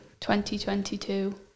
2022